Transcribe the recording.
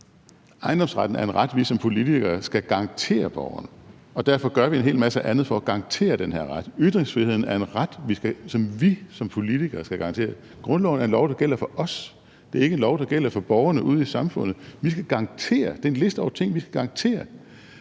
Ejendomsretten er en ret, vi som politikere skal garantere borgerne, og derfor gør vi en hel masse andet for at garantere den her ret. Ytringsfriheden er en ret, som vi som politikere skal garantere. Grundloven er en lov, der gælder for os. Det er ikke en lov, der gælder for borgerne ude i samfundet. Det er en liste over ting, vi skal garantere.